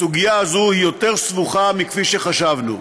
הסוגיה הזו היא יותר סבוכה מכפי שחשבנו.